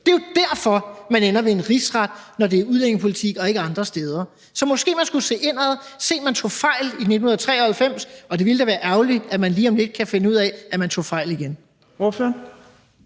Det er jo derfor, man ender med en rigsret, når det handler om udlændingepolitik og ikke om noget andet. Så måske man skulle se indad og se, at man tog fejl i 1993. Det ville da være ærgerligt, hvis man lige om lidt fandt ud af, at man tog fejl igen.